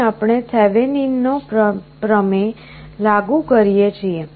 અહીં આપણે થેવેનિનનો પ્રમેય લાગુ કરીએ છીએ